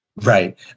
right